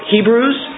Hebrews